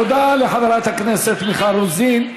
תודה לחברת הכנסת מיכל רוזין.